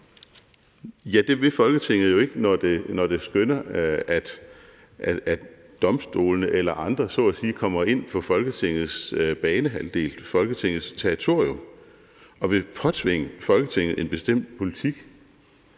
Ja, det vil Folketinget jo ikke, når det skønner, at domstolene eller andre så at sige kommer ind på Folketingets banehalvdel, Folketingets territorium, og vil påtvinge Folketinget en bestemt politik.